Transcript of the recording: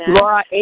Laura